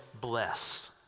blessed